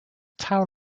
town